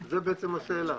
החוב.